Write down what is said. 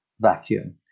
vacuum